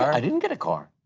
i didn't get a car.